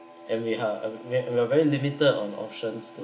and we are uh we're we are very limited on options